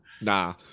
Nah